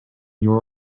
your